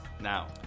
now